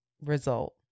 result